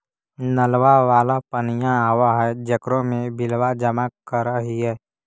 नलवा वाला पनिया आव है जेकरो मे बिलवा जमा करहिऐ?